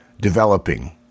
developing